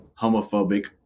homophobic